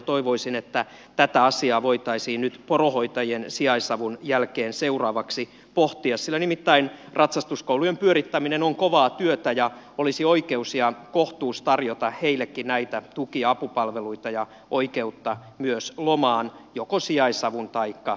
toivoisin että tätä asiaa voitaisiin poronhoitajien sijaisavun jälkeen seuraavaksi pohtia nimittäin ratsastuskoulujen pyörittäminen on kovaa työtä ja olisi oikeus ja kohtuus tarjota heillekin näitä tuki ja apupalveluita ja oikeutta myös lomaan joko sijaisavun taikka lomituspalveluiden kautta